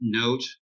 note